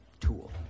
tool